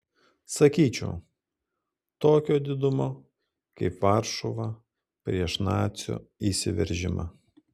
sakyčiau tokio didumo kaip varšuva prieš nacių įsiveržimą